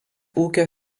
ūkio